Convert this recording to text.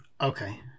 Okay